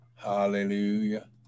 Hallelujah